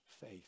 faith